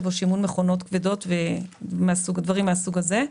או שימון מכונות כבדות ודברים מהסוג הזה.